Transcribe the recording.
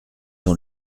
dans